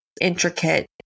intricate